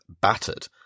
battered